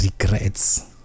regrets